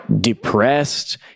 depressed